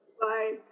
Bye